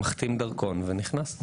מחתים דרכון ונכנס.